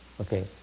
Okay